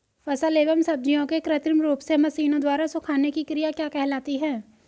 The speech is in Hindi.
फलों एवं सब्जियों के कृत्रिम रूप से मशीनों द्वारा सुखाने की क्रिया क्या कहलाती है?